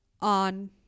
on